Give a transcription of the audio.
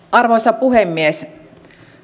arvoisa puhemies